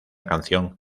canción